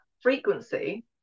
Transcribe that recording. frequency